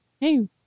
hey